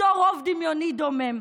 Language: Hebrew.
אותו רוב דמיוני דומם.